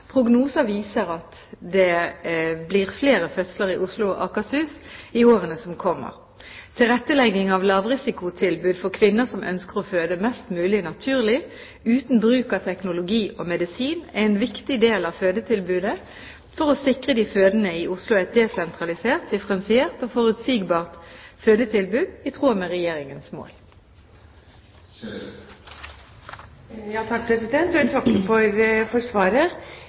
Prognoser viser at det blir flere fødsler i Oslo og Akershus i årene som kommer. Tilrettelegging av lavrisikotilbud for kvinner som ønsker å føde mest mulig naturlig uten bruk av teknologi og medisin, er en viktig del av fødetilbudet for å sikre de fødende i Oslo et desentralisert, differensiert og forutsigbart fødetilbud i tråd med Regjeringens mål. Jeg takker for svaret. Det var for